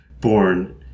born